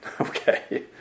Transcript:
okay